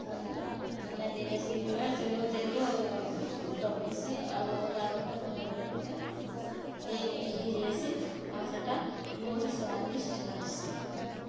ତୁନେ ଦେଇନେସି ବୋଲେ ସେନୁ ତେହେରୁଁ ଡବକିସି ଆଉ ଅଧାଘଣ୍ଟା ପନ୍ଦର୍ ମିନିଟ୍ ଭିତରେ ହେଇ ହେଇଯାଏସି ଆଉ ସେଟା ବହୁତ୍ ସ୍ବାଦିଷ୍ଟ୍ ଲାଗ୍ସି